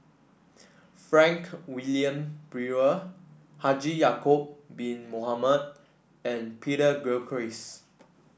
Frank Wilmin Brewer Haji Ya'acob Bin Mohamed and Peter Gilchrist